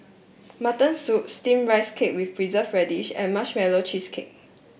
Mutton Soup Steamed Rice Cake with Preserved Radish and Marshmallow Cheesecake